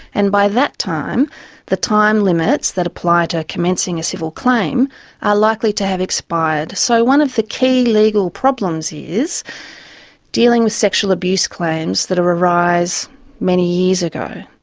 and by that time the time limits that apply to commencing a civil claim are likely to have expired. so one of the key legal problems is dealing with sexual abuse claims that arise many years ago.